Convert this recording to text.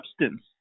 substance